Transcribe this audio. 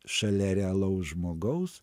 šalia realaus žmogaus